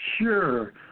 sure